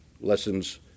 lessons